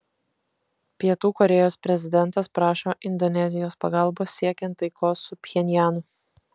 pietų korėjos prezidentas prašo indonezijos pagalbos siekiant taikos su pchenjanu